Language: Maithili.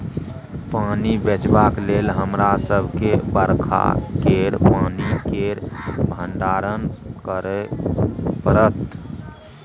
पानि बचेबाक लेल हमरा सबके बरखा केर पानि केर भंडारण करय परत